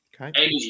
Okay